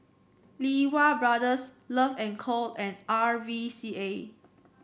Lee Wee Brothers Love and Co and R V C A